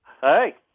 Hey